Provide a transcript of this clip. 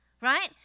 right